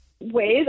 ways